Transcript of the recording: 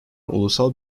ulusal